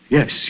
Yes